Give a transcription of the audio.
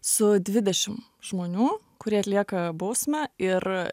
su dvidešim žmonių kurie atlieka bausmę ir